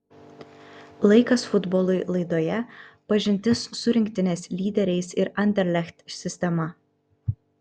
laikas futbolui laidoje pažintis su rinktinės lyderiais ir anderlecht sistema